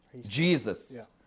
Jesus